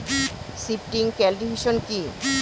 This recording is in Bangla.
শিফটিং কাল্টিভেশন কি?